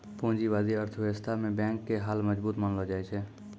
पूंजीबादी अर्थव्यवस्था मे बैंक के हाल मजबूत मानलो जाय छै